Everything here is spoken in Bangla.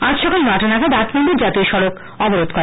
আজ সকাল নয়টা নাগাদ আট নম্বর জাতীয় সডক অবরোধ করে